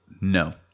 No